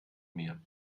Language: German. mehr